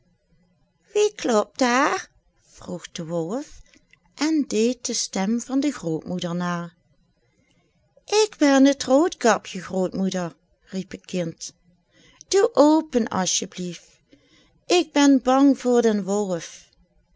wie klopt daar vroeg de wolf en deed de stem van de grootmoeder na ik ben t roodkapje grootmoeder riep het kind doe open as je blieft ik ben bang voor den wolf